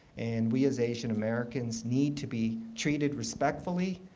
and we as asian americans need to be treated respectfully.